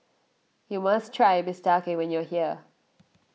you must try Bistake when you are here